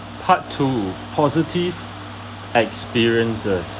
part two positive experiences